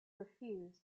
refused